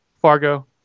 Fargo